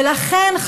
ולכן,